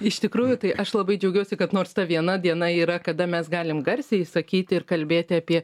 iš tikrųjų tai aš labai džiaugiuosi kad nors ta viena diena yra kada mes galim garsiai išsakyti ir kalbėti apie